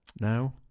now